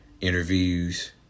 interviews